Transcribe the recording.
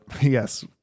yes